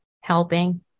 helping